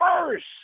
first